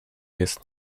jest